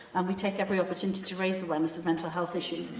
and we take every opportunity to raise awareness of mental health issues,